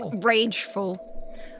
rageful